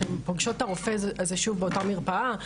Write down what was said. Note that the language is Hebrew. שהן פוגשות את הרופא הזה שוב באותה מרפאה,